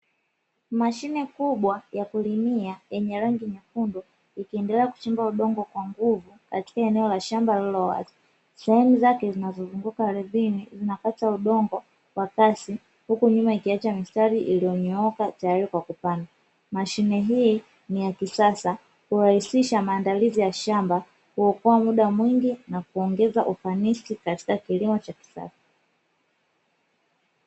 Mashine kubwa ya kulimia yenye rangi nyekundu ikiendelea kuchimba udongo kwa nguvu katika eneo la shamba lililo wazi, sehemu zake zinazozunguka ardhini zinapata udongo kwa kasi huku nyuma ikiacha mstari iliyonyooka tayari kwa kupanda, mashine hii ni ya kisasa kurahisisha maandalizi ya shamba, kuokoa muda mwingi na kuongeza ufanisi katika kilimo cha kisasa.